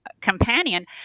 companion